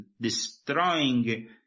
destroying